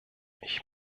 ich